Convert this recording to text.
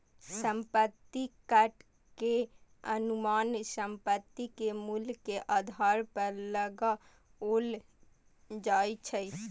संपत्ति कर के अनुमान संपत्ति के मूल्य के आधार पर लगाओल जाइ छै